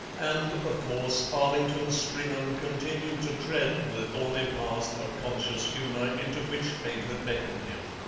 and, of course, arlington stringham continued to tread the thorny path of conscious humour into which fate had beckoned him.